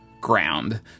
ground